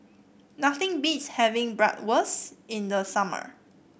nothing beats having Bratwurst in the summer